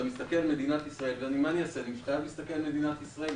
סגן השר,